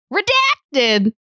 Redacted